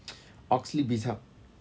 Oxley Bizhub